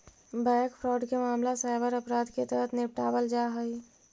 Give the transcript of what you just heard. bank fraud के मामला cyber अपराध के तहत निपटावल जा हइ